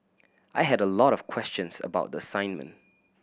I had a lot of questions about the assignment